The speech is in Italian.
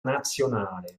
nazionale